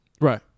right